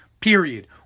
Period